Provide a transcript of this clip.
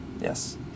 yes